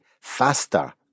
faster